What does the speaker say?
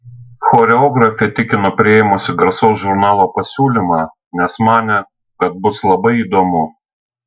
choreografė tikino priėmusi garsaus žurnalo pasiūlymą nes manė kad bus labai įdomu